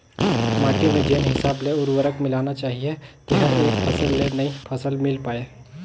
माटी में जेन हिसाब ले उरवरक मिलना चाहीए तेहर एक फसल ले नई फसल मिल पाय